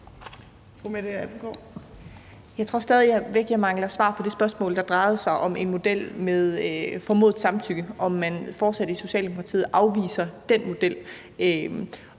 Jeg tror stadig væk, jeg mangler svar på det spørgsmål, der drejede sig om en model med formodet samtykke, altså om man i Socialdemokratiet fortsat afviser den model.